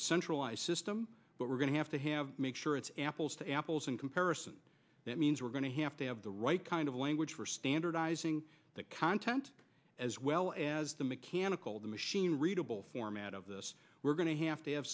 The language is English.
a centralized system but we're going to have to have make sure it's an apples to apples in comparison that means we're going to have to have the right kind of language for standardizing the content as well as the mechanical the machine readable format of this we're going to have to have